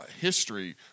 History